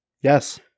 Yes